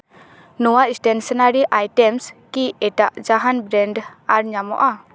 ᱱᱚᱣᱟ stationery items ᱠᱤ ᱮᱴᱟᱜ ᱡᱟᱦᱟᱱ ᱵᱨᱮᱱᱰ ᱟᱨ ᱧᱟᱢᱚᱜᱼᱟ